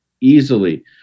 easily